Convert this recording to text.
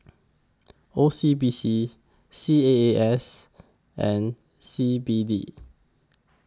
O C B C C A A S and C B D